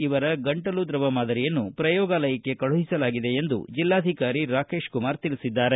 ಇವರ ಗಂಟಲು ದ್ರವ ಮಾದರಿಯನ್ನು ಪ್ರಯೋಗಾಲಯಕ್ಕೆ ಕಳುಹಿಸಲಾಗಿದೆ ಎಂದು ಜಿಲ್ಲಾಧಿಕಾರಿ ರಾಕೇಶ್ಕುಮಾರ್ ತಿಳಿಸಿದ್ದಾರೆ